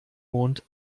mond